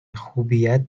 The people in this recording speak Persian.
خوبیت